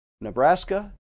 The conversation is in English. Nebraska